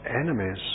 enemies